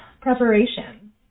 Preparation